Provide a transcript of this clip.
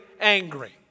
angry